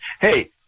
Hey